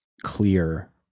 clear